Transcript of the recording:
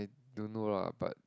don't know lah but